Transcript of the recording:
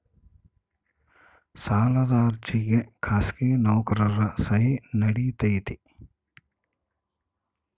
ಸಾಲದ ಅರ್ಜಿಗೆ ಖಾಸಗಿ ನೌಕರರ ಸಹಿ ನಡಿತೈತಿ?